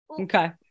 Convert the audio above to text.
okay